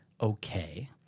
okay